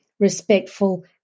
respectful